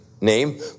name